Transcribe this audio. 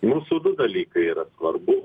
mūsų du dalykai yra svarbu